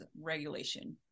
regulation